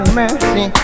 mercy